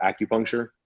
acupuncture